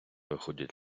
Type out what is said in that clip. виходять